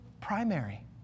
primary